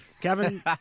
Kevin